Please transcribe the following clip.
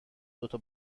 دوتا